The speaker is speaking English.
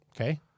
Okay